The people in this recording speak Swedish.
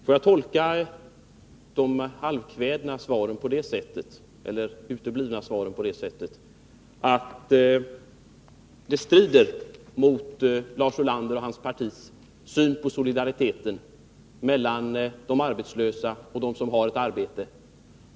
Får jag tolka de uteblivna svaren på det sättet att en frivillig påbyggnad av försäkringen strider mot Lars Ulanders och hans partis syn på solidariteten mellan de arbetslösa och dem som har ett arbete.